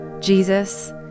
Jesus